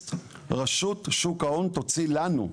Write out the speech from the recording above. רשות שוק ההון תוציא לנו.